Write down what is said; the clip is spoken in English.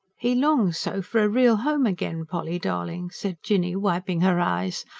he longs so for a real home again, polly darling, said jinny, wiping her eyes.